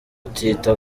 kutita